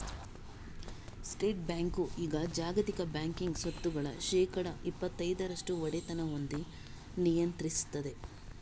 state bank ಈಗ ಜಾಗತಿಕ banking ಸ್ವತ್ತುಗಳ ಶೇಕಡಾ ಇಪ್ಪತೈದರಷ್ಟು ಒಡೆತನ ಹೊಂದಿ ನಿಯಂತ್ರಿಸ್ತದೆ